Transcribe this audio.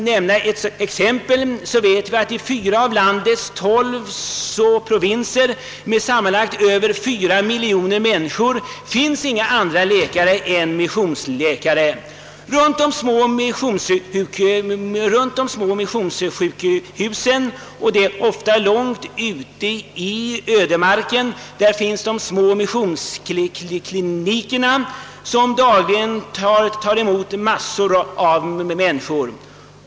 Som exempel kan jag nämna att i fyra av landets 12 provinser med sammanlagt över fyra miljoner människor finns inga andra läkare än missionsläkare. Runt om de små missionssjukhusen — och ofta långt ute i ödemarken — ligger de små missionsklinikerna, som dagligen tar emot en stor mängd sjuka människor.